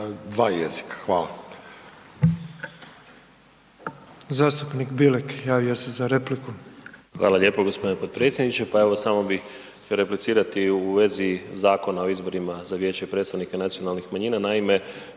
2 jezika? Hvala.